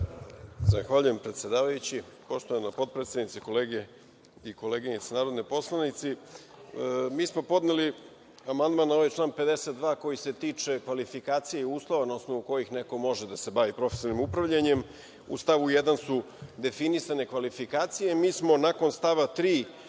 Zahvaljujem predsedavajući. Poštovana potpredsednice, kolege i koleginice narodni poslanici, mi smo podneli amandman na ovaj član 52. koji se tiče kvalifikacija i uslova na osnovu kojih neko može da se bavi profesionalnim upravljanjem. U stavu 1. su definisane kvalifikacije, a mi smo nakon stava 3.